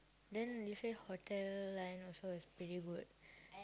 then you say hotel line also is pretty good